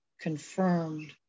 confirmed